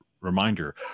reminder